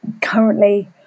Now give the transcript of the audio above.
currently